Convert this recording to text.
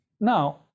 Now